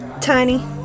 Tiny